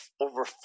over